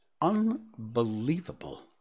Unbelievable